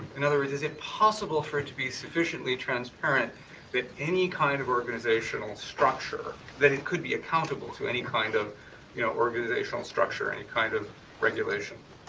in other words, is it possible for it to be sufficiently transparent with any kind of organizational structure, that it could be accountable to any kind of you know organizational structure, any kind of regulation?